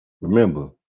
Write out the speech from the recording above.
Remember